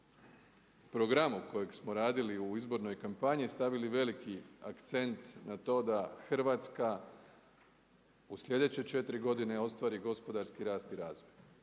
programu na kojem smo radili u izbornoj kampanji stavili veliki akcent na to da Hrvatska u sljedeće četiri godine ostvari gospodarski rast i razvoj.